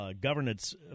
governance